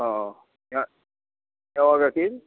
অঁ এঁৱা গাখীৰ